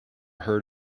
herd